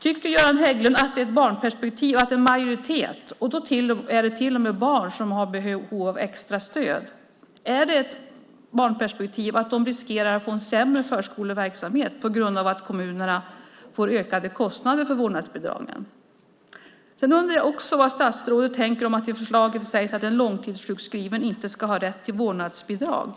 Tycker Göran Hägglund att det handlar om ett barnperspektiv när barn som till och med har behov av extra stöd riskerar att få en sämre förskoleverksamhet eftersom kommunerna får ökade kostnader på grund av vårdnadsbidraget? Jag undrar också vad statsrådet menar med att, som det sägs i förslaget, en långtidssjukskriven inte ska ha rätt till vårdnadsbidrag.